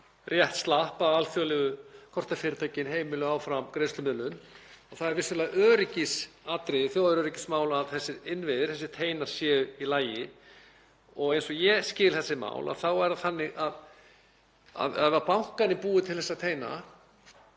rétt slapp, alþjóðlegu kortafyrirtækin heimiluðu áfram greiðslumiðlun. Það er vissulega öryggisatriði og þjóðaröryggismál að þessir innviðir, þessir teinar séu í lagi. Eins og ég skil þessi mál þá er það þannig að ef bankarnir búa til þessa teina